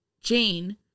Jane